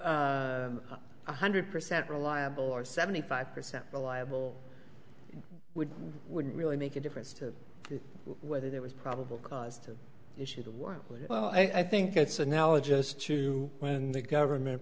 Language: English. one hundred percent reliable or seventy five percent reliable would wouldn't really make a difference to whether there was probable cause to issue the war well i think it's analogous to when the government